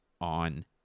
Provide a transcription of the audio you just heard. on